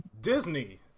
disney